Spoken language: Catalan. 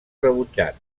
rebutjat